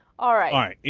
alright it